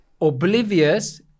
Oblivious